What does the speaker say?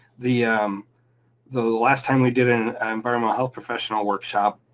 the um the last time we did an environment health professional workshop,